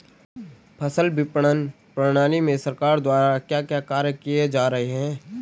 फसल विपणन प्रणाली में सरकार द्वारा क्या क्या कार्य किए जा रहे हैं?